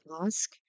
ask